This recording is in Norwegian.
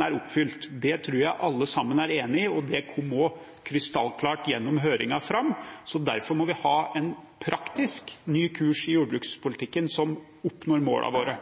er oppfylt. Det tror jeg alle sammen er enig i, og det kom også krystallklart fram gjennom høringen. Derfor må vi ha en ny, praktisk kurs i jordbrukspolitikken, så vi oppnår målene våre.